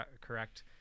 correct